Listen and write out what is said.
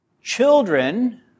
children